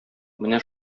менә